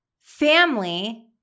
family